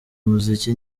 umuziki